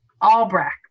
Albrecht